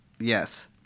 Yes